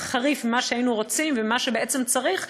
חריפה ממה שהיינו רוצים וממה שצריך.